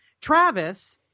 Travis